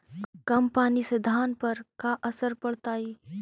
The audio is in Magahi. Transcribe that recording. कम पनी से धान पर का असर पड़तायी?